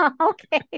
okay